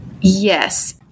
Yes